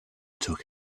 took